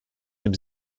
dem